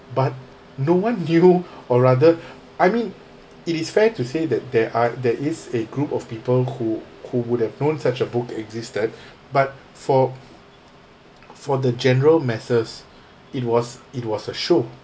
but no one knew or rather I mean it is fair to say that there are there is a group of people who who would have known such a book existed but for for the general masses it was it was a show